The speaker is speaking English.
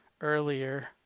earlier